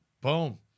Boom